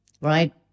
right